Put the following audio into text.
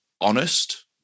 Honest